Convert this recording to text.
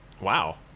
Wow